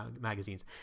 magazines